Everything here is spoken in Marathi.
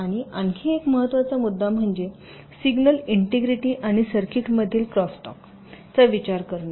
आणि आणखी एक महत्त्वाचा मुद्दा म्हणजे सिग्नल इंटेग्रिटी आणि सर्किटमधील क्रॉसस्टल्क्स चा विचार करणे